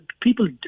people